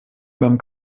beim